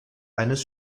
eines